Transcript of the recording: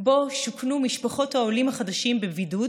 שבו שוכנו משפחות העולים החדשים בבידוד